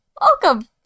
Welcome